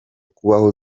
kubaho